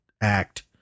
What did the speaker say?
act